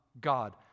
God